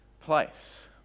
place